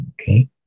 okay